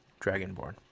Dragonborn